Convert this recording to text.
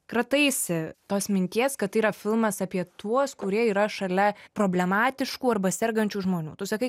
krataisi tos minties kad tai yra filmas apie tuos kurie yra šalia problematiškų arba sergančių žmonių tu sakai